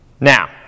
Now